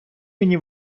мені